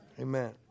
Amen